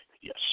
yes